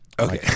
okay